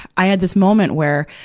i had this moment where,